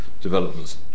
developments